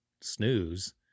snooze